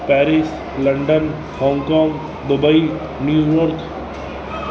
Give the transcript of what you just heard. Paris London Hong Kong Dubai New York